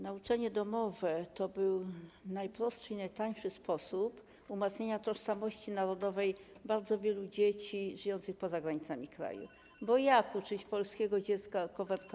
Nauczanie domowe to był najprostszy i najtańszy sposób umacniania tożsamości narodowej bardzo wielu dzieci żyjących poza granicami kraju, bo jak uczyć polskie dziecko w RPA.